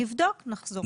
נבדוק ונחזור.